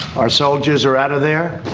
our soldiers are out of there.